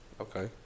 Okay